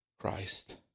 Christ